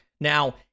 Now